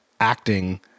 acting